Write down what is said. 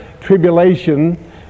tribulation